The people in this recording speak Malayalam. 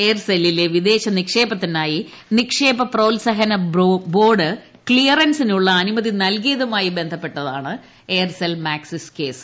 എയർസെല്ലിലെ വിദേശ നിക്ഷേപത്തിനായി നിക്ഷേപ പ്രോത്സാഹന ബോർഡ് ക്സിയറൻസിന് ഉള്ള അനുമതി നൽകിയതുമായി ബന്ധപ്പെട്ടതാണ് എയർസെൽ മാക്സിസ് കേസ്